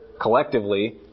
collectively